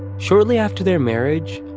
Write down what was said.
shortly after their marriage,